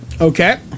Okay